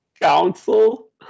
Council